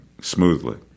smoothly